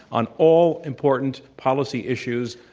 on all important policy issues,